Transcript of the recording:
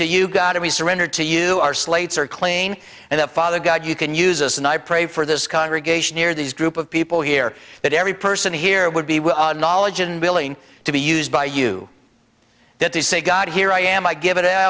to you got to be surrendered to you our slates are clean and the father god you can use us and i pray for this congregation near these group of people here that every person here would be with knowledge and billing to be used by you that they say god here i am i give it